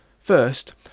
First